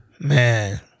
man